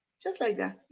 just like that.